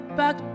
back